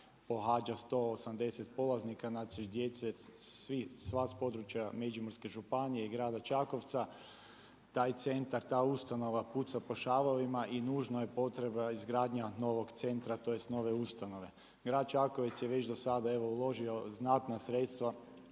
pohađa 180 polaznika, znači djece sva s područja Međimurske županije i grada Čakovca. Taj centar, ta ustanova puca po šavovima i nužno je potrebna izgradnja novog centra, tj. nove ustanove. Grad Čakovec je već do sada evo uložio znatna sredstva,